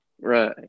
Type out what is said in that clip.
right